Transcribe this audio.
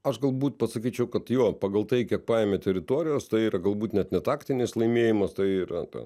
aš galbūt sakyčiau kad jo pagal tai kiek paėmė teritorijos tai yra galbūt net ne taktinis laimėjimas tai yra ta